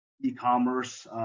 e-commerce